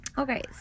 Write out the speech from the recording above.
Okay